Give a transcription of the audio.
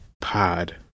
pod